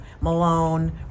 Malone